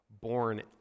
born